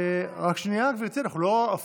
מה